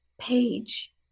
page